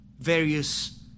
Various